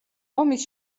ომის